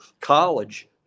college